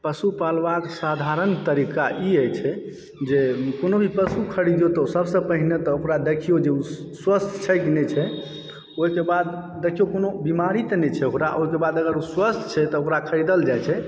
पशु पालबाक साधारण तरीका ई अछि छै जे कोनो भी पशु खरीदिऔ तऽ ओ सभसे पहिने तऽ ओकरा देखिऔ जे ओ स्वस्थ छै कि नहि छै ओहिके बाद देखिऔ कोनो बीमारी तऽ नहि छै ओकरा ओहिके बाद अगर ओ स्वस्थ छै तऽ ओकरा खरीदल जाय छै